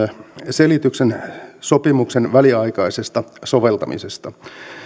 selityksen sopimuksen väliaikaisesta soveltamisesta